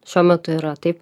šiuo metu yra taip